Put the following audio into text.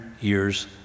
years